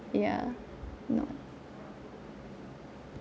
ya no